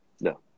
No